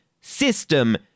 system